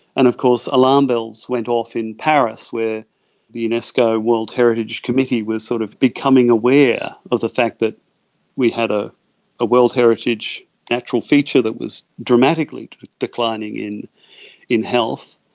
and of course alarm bells went off in paris where the unesco world heritage committee was sort of becoming aware of the fact that we had a world heritage natural feature that was dramatically declining in in health.